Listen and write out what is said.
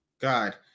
God